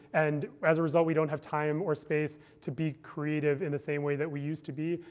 and as a result, we don't have time or space to be creative in the same way that we used to be.